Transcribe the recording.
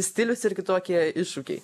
stilius ir kitokie iššūkiai